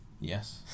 Yes